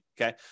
Okay